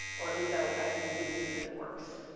or at least i will try to convince you that it works.